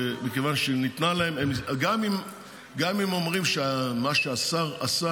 גם אם אומרים שמה שהשר עשה,